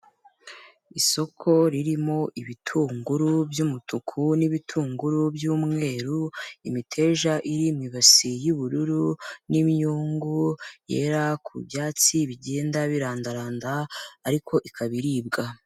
Isoko ririmo ibitunguru by'umutuku n'ibitunguru by'umweru, imiteja iri mu ibasi y'ubururu n'imyungu yera ku byatsi bigenda birandaranda, ariko ikaba iribwa.